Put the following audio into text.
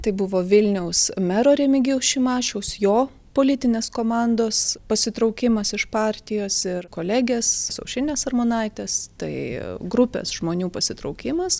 tai buvo vilniaus mero remigijaus šimašiaus jo politinės komandos pasitraukimas iš partijos ir kolegės aušrinės armonaitės tai grupės žmonių pasitraukimas